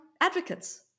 advocates